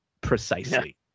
precisely